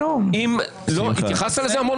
התייחסת לזה?